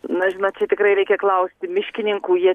na žinot čia tikrai reikia klausti miškininkų jie